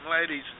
ladies